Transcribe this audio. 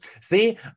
See